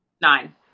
Nine